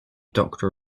doctor